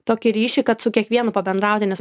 tokį ryšį kad su kiekvienu pabendrauti nes